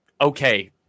okay